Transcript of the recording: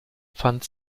fand